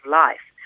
life